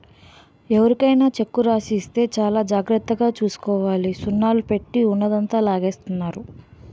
ఎవరికైనా చెక్కు రాసి ఇస్తే చాలా జాగ్రత్తగా చూసుకోవాలి సున్నాలు పెట్టి ఉన్నదంతా లాగేస్తున్నారు